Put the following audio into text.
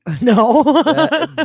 No